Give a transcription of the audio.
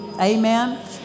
Amen